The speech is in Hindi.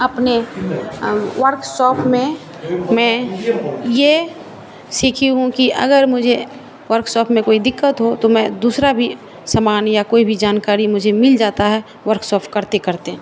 अपने वर्कशॉप में मैं यह सीखी हूँ कि अगर मुझे वर्कशॉप में कोई दिक्कत हो तो मैं दूसरा भी सामान या कोई भी जानकारी मुझे मिल जाता है वर्कसॉफ़ करते करते